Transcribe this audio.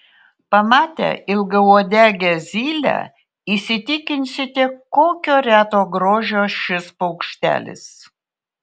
pamatę ilgauodegę zylę įsitikinsite kokio reto grožio šis paukštelis